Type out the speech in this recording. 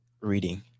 reading